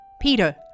Peter